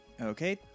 Okay